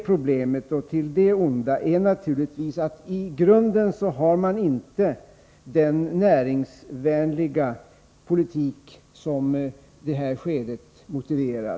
Problemet är naturligtvis, att vi i grunden inte har den näringsvänliga politik som det här skedet skulle motivera.